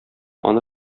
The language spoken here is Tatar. аны